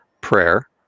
prayer